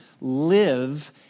live